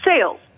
sales